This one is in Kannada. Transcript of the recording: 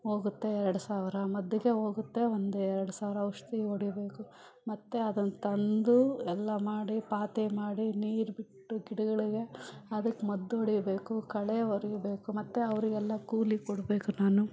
ಹೋಗುತ್ತೆ ಎರ್ಡು ಸಾವಿರ ಮದ್ದಿಗೆ ಹೋಗುತ್ತೆ ಒಂದೆರ್ಡು ಸಾವಿರ ಔಷಧಿ ಹೊಡಿಬೇಕು ಮತ್ತು ಅದನ್ನು ತಂದು ಎಲ್ಲ ಮಾಡಿ ಪಾತಿ ಮಾಡಿ ನೀರು ಬಿಟ್ಟು ಗಿಡಗಳಿಗೆ ಅದಕ್ಕೆ ಮದ್ದು ಹೊಡಿಬೇಕು ಕಳೆ ಒರಿಬೇಕು ಮತ್ತೆ ಅವರಿಗೆಲ್ಲ ಕೂಲಿ ಕೊಡ್ಬೇಕು ನಾನು